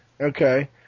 Okay